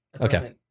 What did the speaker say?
okay